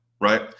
right